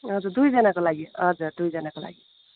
हजुर दुईजनाको लागि हजुर दुईजनाको लागि